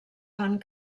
fan